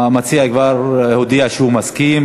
המציע כבר הודיע שהוא מסכים.